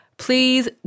Please